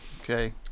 Okay